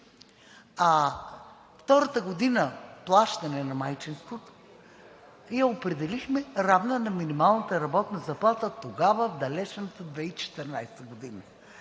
е. Втората година плащане на майчинство определихме да е равна на минималната работна заплата тогава, в далечната 2014 г.